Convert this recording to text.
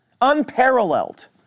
unparalleled